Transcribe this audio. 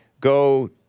go